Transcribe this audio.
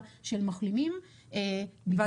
משרד התחבורה והבטיחות בדרכים רננה שחר עו"ד,